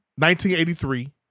1983